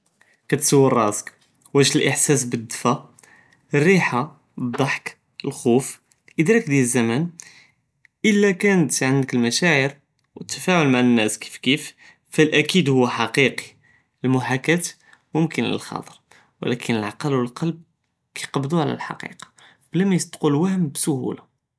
קתסול ראסכ واش אלהסאס בדפא אלריחה אדח'כ אלכופ אידראק דיאל הזמן, אלא קנת ענדכ אלמשאעיר ואלתפעל מע אלנאס כיף כיף פאלאכיד הוא ח'קיקי אלמחאקה מומכנ ללכטר ולקין אלעקל ואללבב קיקבדו על אלח'קיקה בלא מא יסדקוו אלוואהם בסהולה.